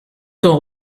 son